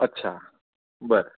अच्छा बरं